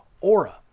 Aura